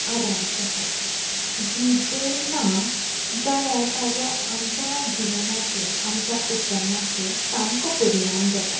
आदारीत आसा वीज जर ना जाल्यार ताजो आमच्या जिवनाचेर आमच्या उत्पन्नाचेर सामको परिणाम जाता